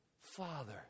Father